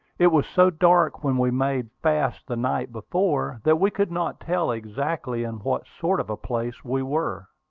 it was so dark when we made fast the night before, that we could not tell exactly in what sort of a place we were.